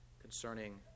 concerning